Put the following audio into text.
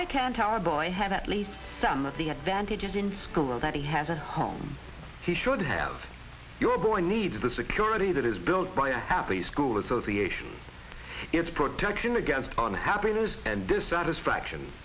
i can tell our boy have at least some of the advantages in school that he has a home he should have your boy needs the security that is built by have a school association its protection against on happiness and dissatisfaction